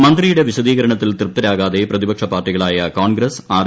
മന്ത്രിയുടെ വിശദീകരണത്തിൽ തൃപ്തരാകാതെ പ്രതിപക്ഷ പാർട്ടികളായ കോൺഗ്രസ് ആർ